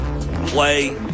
play